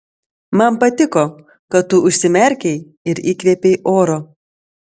man patiko kad tu užsimerkei ir įkvėpei oro